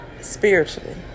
Spiritually